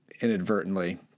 inadvertently